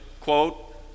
quote